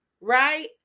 right